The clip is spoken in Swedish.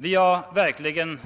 Vi kan verkligen